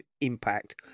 impact